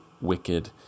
wicked